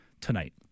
tonight